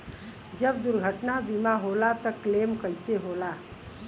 जब दुर्घटना बीमा होला त क्लेम कईसे होला?